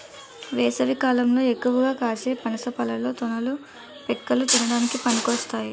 వేసవికాలంలో ఎక్కువగా కాసే పనస పళ్ళలో తొనలు, పిక్కలు తినడానికి పనికొస్తాయి